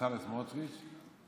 בצלאל סמוטריץ',